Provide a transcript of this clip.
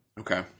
Okay